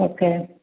okay